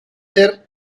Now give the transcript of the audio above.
ser